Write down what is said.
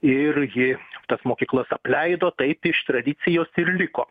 ir ji tas mokyklas apleido taip iš tradicijos ir liko